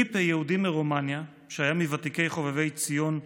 ליפא, יהודי מרומניה, שהיה מוותיקי חובבי ציון,